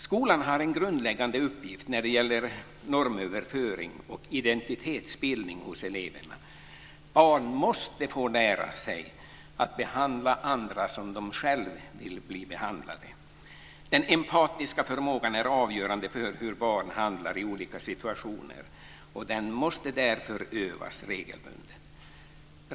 Skolan har en grundläggande uppgift när det gäller normöverföring och identitetsbildning hos eleverna. Barn måste få lära sig att behandla andra som de själva vill bli behandlade. Den empatiska förmågan är avgörande för hur barn handlar i olika situationer, och den måste därför övas regelbundet.